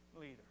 leader